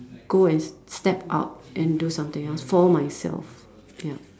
go and step out and do something else for myself yup